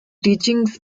teachings